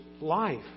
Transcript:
life